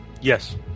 Yes